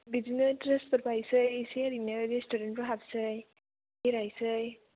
बिदिनो द्रेसफोर बायनोसै एसे ओरैनो रेसटुरेन्टफ्राव हाबनोसै बेरायनोसै